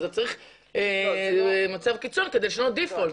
אז אתה צריך מצב קיצון כדי לשנות דיפולט,